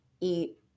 eat